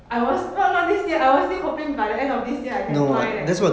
I was no not this year I was still hoping by the end of this year I can fly leh